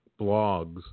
blogs